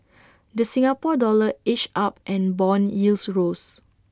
the Singapore dollar edged up and Bond yields rose